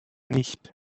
nicht